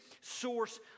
source